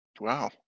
Wow